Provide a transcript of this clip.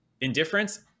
indifference